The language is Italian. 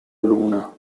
luna